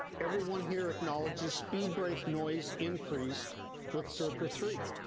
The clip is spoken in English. everyone here acknowledges speed brake noise increased with serfr three.